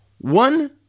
one